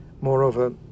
Moreover